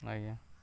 ଆଜ୍ଞା